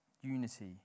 Unity